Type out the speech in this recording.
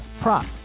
prop